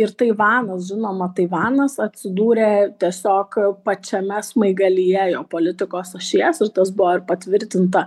ir taivanas žinoma taivanas atsidūrė tiesiog pačiame smaigalyje jo politikos ašies ir tas buvo ir patvirtinta